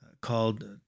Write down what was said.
called